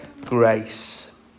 grace